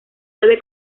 debe